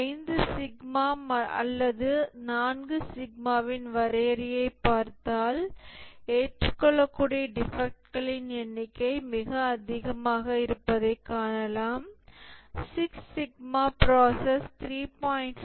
5 sigma அல்லது 4 சிக்மாவின் வரையறையைப் பார்த்தால் ஏற்றுக்கொள்ளக்கூடிய டிஃபெக்ட்களின் எண்ணிக்கை மிக அதிகமாக இருப்பதைக் காணலாம் சிக்ஸ் சிக்மா ப்ராசஸ் 3